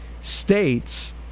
states